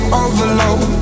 overload